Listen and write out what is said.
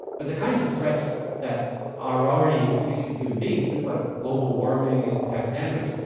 but the kinds of threats that are already facing human beings, things like global warming and pandemics,